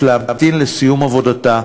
יש להמתין לסיום עבודתה,